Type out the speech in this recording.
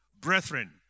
Brethren